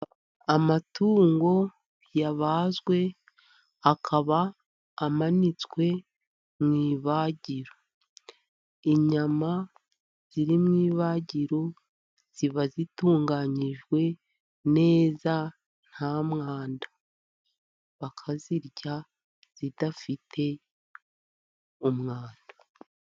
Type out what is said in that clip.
Amatungo yabazwe akaba amanitswe mu ibagiro. Inyama ziri mu ibagiro ziba zitunganyijwe neza, nta mwanda. Bakazirya zidafite umwawanda.